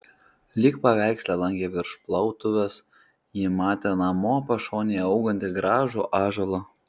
lyg paveiksle lange virš plautuvės ji matė namo pašonėje augantį gražų ąžuolą